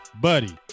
buddy